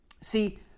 See